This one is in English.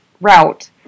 route